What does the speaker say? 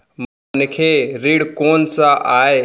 मनखे ऋण कोन स आय?